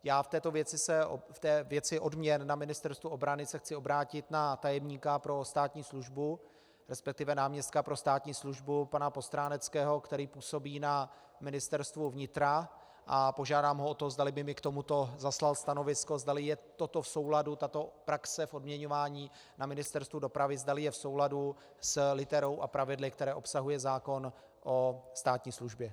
Já v této věci, ve věci odměn na Ministerstvu obrany , se chci obrátit na tajemníka pro státní službu, resp. náměstka pro státní službu pana Postráneckého, který působí na Ministerstvu vnitra, požádám ho o to, zdali by mi k tomuto zaslal stanovisko, zdali je toto v souladu, tato praxe v odměňování na Ministerstvu dopravy, s literou a pravidly, která obsahuje zákon o státní službě.